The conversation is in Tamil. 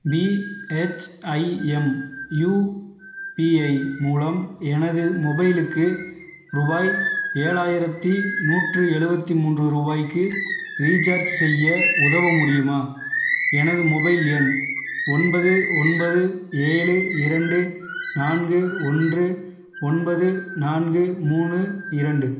பிஹெச்ஐஎம் யுபிஐ மூலம் எனது மொபைலுக்கு ருபாய் ஏழாயிரத்தி நூற்று எழுவத்தி மூன்று ருபாய்க்கு ரீசார்ஜ் செய்ய உதவ முடியுமா எனது மொபைல் எண் ஒன்பது ஒன்பது ஏழு இரண்டு நான்கு ஒன்று ஒன்பது நான்கு மூணு இரண்டு